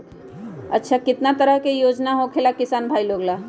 अच्छा कितना तरह के योजना होखेला किसान भाई लोग ला?